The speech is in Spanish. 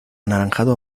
anaranjado